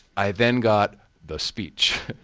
i then got the speech.